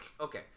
okay